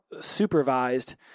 supervised